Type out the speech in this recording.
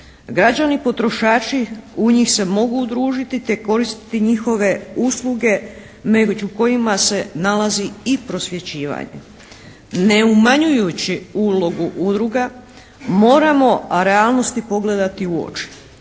Građani potrošači u njih se mogu udružiti te koristiti njihove usluge među kojima se nalazi i prosvjećivanje. Ne umanjujući ulogu udruga moramo realnosti pogledati u oči